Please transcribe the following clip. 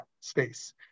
space